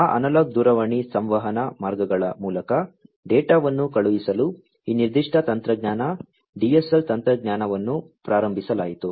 ಆ ಅನಲಾಗ್ ದೂರವಾಣಿ ಸಂವಹನ ಮಾರ್ಗಗಳ ಮೂಲಕ ಡೇಟಾವನ್ನು ಕಳುಹಿಸಲು ಈ ನಿರ್ದಿಷ್ಟ ತಂತ್ರಜ್ಞಾನ DSL ತಂತ್ರಜ್ಞಾನವನ್ನು ಪ್ರಾರಂಭಿಸಲಾಯಿತು